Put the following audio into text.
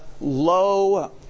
low